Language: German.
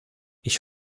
ich